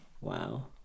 Wow